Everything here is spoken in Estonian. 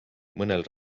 mõnel